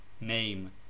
Name